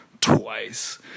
twice